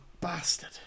bastard